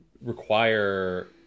require